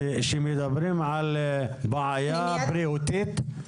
שמדברים על בעיה בריאותית?